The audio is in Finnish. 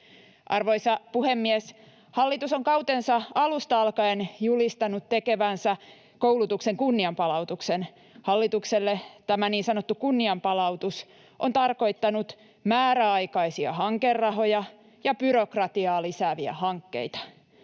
Arvoisa puhemies! Hallitus on kautensa alusta alkaen julistanut tekevänsä koulutuksen kunnianpalautuksen. Hallitukselle tämä niin sanottu kunnianpalautus on tarkoittanut määräaikaisia hankerahoja ja byrokratiaa lisääviä hankkeita.